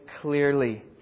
clearly